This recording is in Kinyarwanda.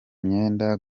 myenda